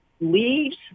leaves